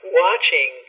watching